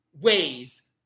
ways